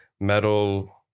metal